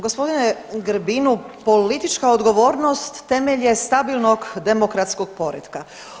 Gospodine Grbinu, politička odgovornost temelj je stabilnog demokratskog poretka.